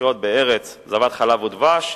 לחיות בארץ זבת חלב ודבש,